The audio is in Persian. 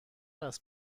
است